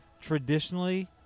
traditionally